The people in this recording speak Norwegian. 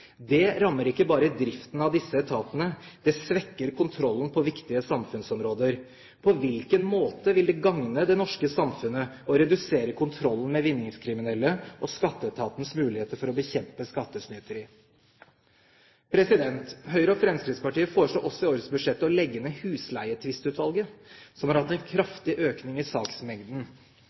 Det rammer ikke bare driften av disse etatene, det svekker kontrollen på viktige samfunnsområder. På hvilken måte vil det gagne det norske samfunnet å redusere kontrollen med vinningskriminelle og Skatteetatens muligheter for å bekjempe skattesnyteri? Høyre og Fremskrittspartiet foreslår også i årets budsjett å legge ned Husleietvistutvalget, som har hatt en kraftig økning i saksmengden.